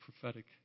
prophetic